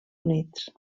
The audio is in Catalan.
units